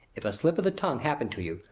if a slip of the tongue happen to you,